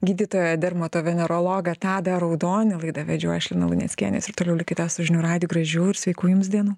gydytoją dermatovenerologą tadą raudonį laidą vedžiau aš lina luneckienė ir toliau likite su žinių radiju gražių ir sveikų jums dienų